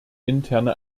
interne